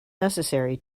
necessary